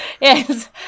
Yes